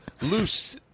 loose